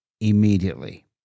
immediately